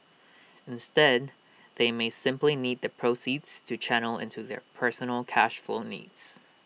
instead they may simply need the proceeds to channel into their personal cash flow needs